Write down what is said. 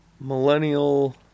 Millennial